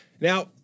Now